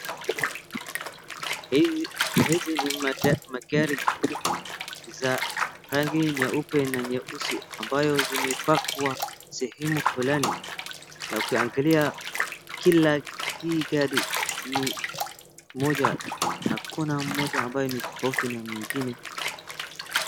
hizi ni magari ya rangi nyeupe na nyeusi ambayo zimepangwa sehemu fulani na ukiangali hii gari hakuna hata moja tofauti na nyingine